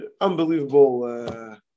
unbelievable